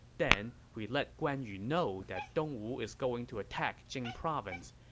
then we let guan yu know that dongwu is going to attack jing province.